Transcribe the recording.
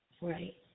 Right